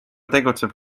tegutseb